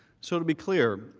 sort of be clear,